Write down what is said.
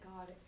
God